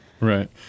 Right